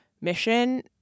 mission